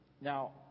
Now